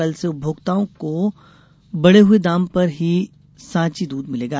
कल से उपभोक्ताओं को बड़े हुए दाम पर ही सांची दूध मिलेगा